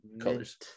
colors